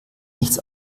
nichts